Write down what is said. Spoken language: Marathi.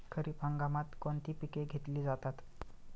खरीप हंगामात कोणती पिके घेतली जातात?